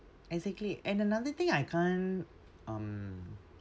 exactly and another thing I can't um